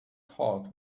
heart